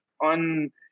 on